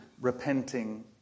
repenting